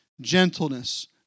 gentleness